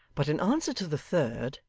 but in answer to the third,